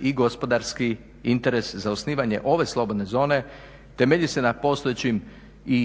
i gospodarski interes za osnivanje ove slobodne zone temelji se na postojećim i